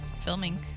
filming